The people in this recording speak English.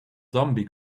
zombie